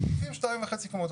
הם עושים 2.5 קומות.